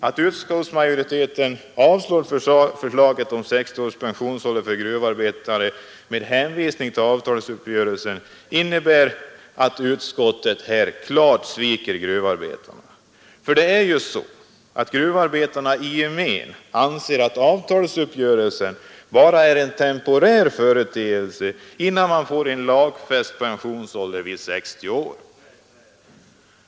Att utskottsmajoriteten avslår förslaget om pension vid 60 år för gruvarbetare med hänvisning till avtalsuppgörelsen innebär att utskottet klart sviker gruvarbetarna. Dessa anser nämligen i gemen att avtalsuppgörelsen bara är en temporär företeelse i avvaktan på en lagfäst pensionsålder av 60 år.